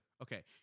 Okay